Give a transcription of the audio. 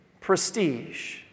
prestige